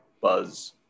buzz